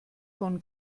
von